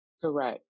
Correct